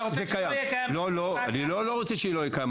אתה רוצה שזה יהיה קיים --- אני לא רוצה שזה לא יהיה קיים.